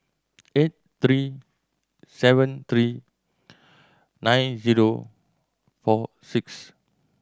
eight three seven three nine zero four six